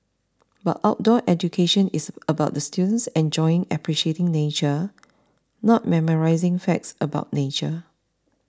but outdoor education is about the students enjoying appreciating nature not memorising facts about nature